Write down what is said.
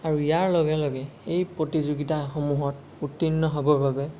আৰু ইয়াৰ লগে লগে এই প্ৰতিযোগিতাসমূহত উত্তীৰ্ণ হ'বৰ বাবে